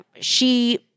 she-